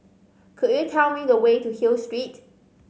could you tell me the way to Hill Street